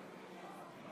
חברי הכנסת,